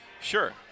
Sure